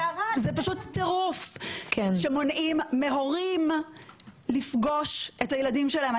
זה פשוט טירוף שמונעים מהורים לפגוש את הילדים שלהם.